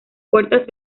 puertas